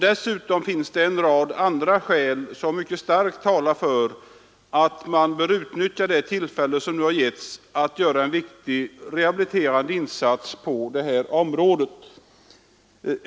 Dessutom talar en rad andra skäl starkt för att man utnyttjar det tillfälle som nu bjuds att göra en viktig rehabiliterande insats på detta område.